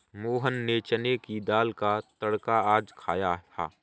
मोहन ने चने की दाल का तड़का आज खाया था